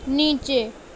نیچے